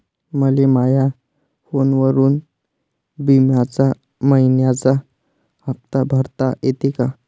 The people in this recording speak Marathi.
मले माया फोनवरून बिम्याचा मइन्याचा हप्ता भरता येते का?